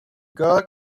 girl